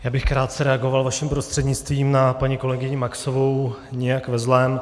Já bych krátce reagoval vaším prostřednictvím na paní kolegyni Maxovou nijak ve zlém.